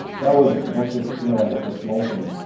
that was supposed to you know, with the smoke and.